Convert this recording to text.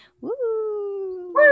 Woo